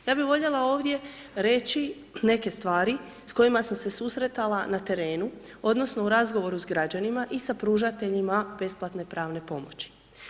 Ja bih voljela ovdje reći neke stvari s kojima sam se susretala na terenu, odnosno u razgovoru sa građanima i sa pružateljima besplatne pravne pomoći.